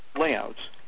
layouts